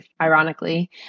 ironically